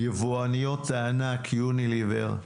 יבואניות הענק יוניליוור,